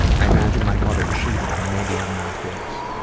i imagine my mother cheated and maybe i'm not his.